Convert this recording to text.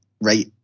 right